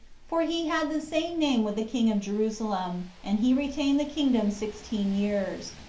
for he had the same name with the king of jerusalem, and he retained the kingdom sixteen years.